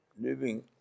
living